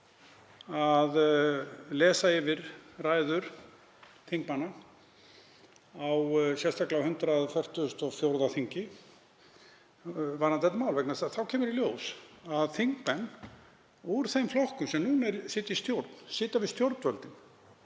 að lesa yfir ræður þingmanna, sérstaklega frá 144. þingi, varðandi þetta mál vegna þess að þá kemur í ljós að þingmenn úr þeim flokkum sem nú sitja í stjórn, sitja við stjórnvölinn